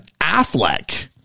Affleck